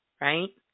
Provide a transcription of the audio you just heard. right